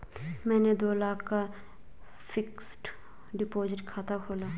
मैंने दो लाख का फ़िक्स्ड डिपॉज़िट खाता खोला